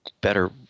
better